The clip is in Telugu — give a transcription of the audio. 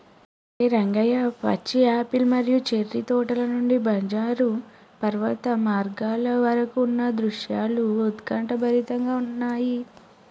ఓరై రంగయ్య పచ్చి యాపిల్ మరియు చేర్రి తోటల నుండి బంజరు పర్వత మార్గాల వరకు ఉన్న దృశ్యాలు ఉత్కంఠభరితంగా ఉన్నయి